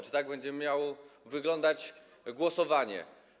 Czy tak będzie miało wyglądać głosowanie?